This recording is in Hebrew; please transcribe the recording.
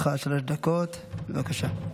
לרשותך שלוש דקות, בבקשה.